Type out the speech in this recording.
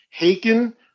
Haken